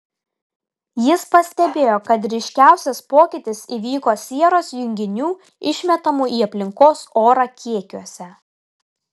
jis pastebėjo kad ryškiausias pokytis įvyko sieros junginių išmetamų į aplinkos orą kiekiuose